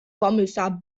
kommissar